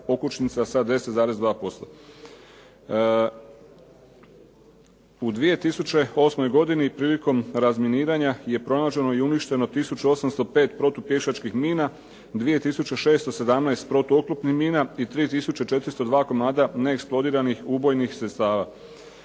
U 2008. godini prilikom razminiranja je pronađeno i uništeno 1805 protupješačkih mina, 2617 protuoklopnih mina i 3402 komada neeksplodiranih ubojnih sredstava.